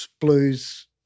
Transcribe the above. blues